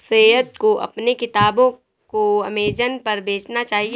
सैयद को अपने किताबों को अमेजन पर बेचना चाहिए